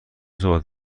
صحبت